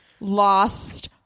lost